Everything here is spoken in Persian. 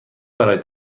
برای